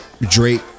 Drake